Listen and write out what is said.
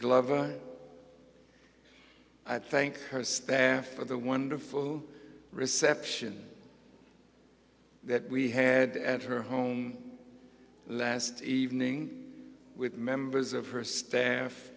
glover i thank her staff for the wonderful reception that we had at her home last evening with members of her staff